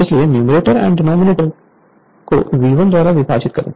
इसलिए numerator and denominator को V1 द्वारा विभाजित करें